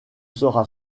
sera